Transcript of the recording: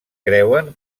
creuen